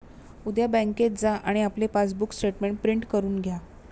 उद्या बँकेत जा आणि आपले पासबुक स्टेटमेंट प्रिंट करून घ्या